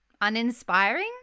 Uninspiring